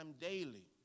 daily